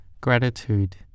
gratitude